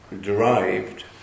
derived